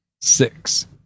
six